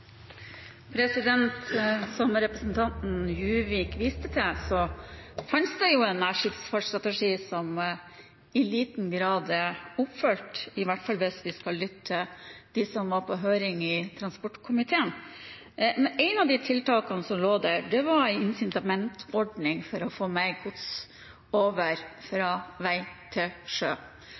i hvert fall hvis vi skal lytte til dem som var på høring i transportkomiteen. Ett av de tiltakene som lå der, var en incitamentordning for å få mer gods over fra vei til sjø,